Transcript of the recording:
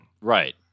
Right